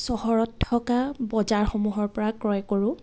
চহৰত থকা বজাৰসমূহৰ পৰা ক্ৰয় কৰোঁ